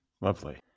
Lovely